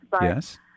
Yes